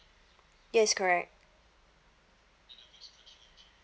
yes correct